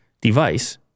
device